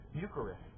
Eucharist